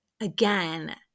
again